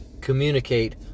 communicate